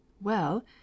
Well